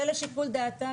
זה לשיקול דעתה,